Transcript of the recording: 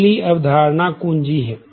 अगली अवधारणा कुंजी है